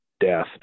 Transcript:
death